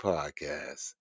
Podcast